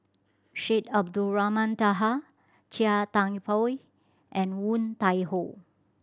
Syed Abdulrahman Taha Chia Thye Poh and Woon Tai Ho